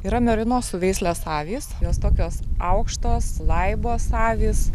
yra merinosų veislės avys jos tokios aukštos laibos avys